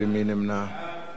חוק העונשין (תיקון מס'